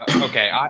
Okay